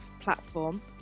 platform